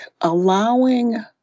allowing